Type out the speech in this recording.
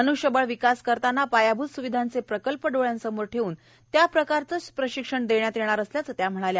मन्ष्यबळ विकास करताना पायाभूत स्विधांच प्रकल्प डोळ्यासमोर ळखून त्या प्रकारचब्र प्रशिक्षण दप्रयात यप्तार असल्याचं त्या म्हणाल्या